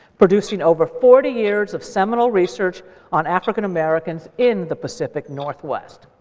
producing over forty years of seminole research on african-americans in the pacific northwest.